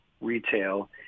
retail